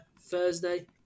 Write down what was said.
Thursday